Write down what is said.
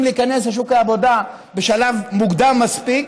להיכנס לשוק העבודה בשלב מוקדם מספיק,